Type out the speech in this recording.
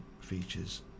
features